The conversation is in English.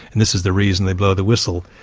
and this is the reason they blow the whistle.